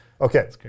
Okay